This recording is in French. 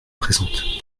présente